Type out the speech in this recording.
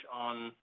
on